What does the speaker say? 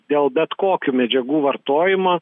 dėl bet kokių medžiagų vartojimo